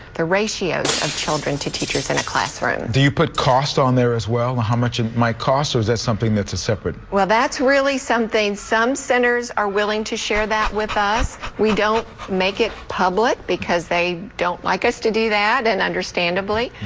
the ratios of children to teachers in a classroom. do you put cost on there as well, how much it might cost, or is that something that's separate? that's really something some centers are willing to share that with us. we don't make it public because they don't like us to do that, and understandably,